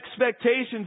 expectations